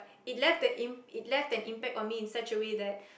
it left the im~ it left an impact on me in such a way that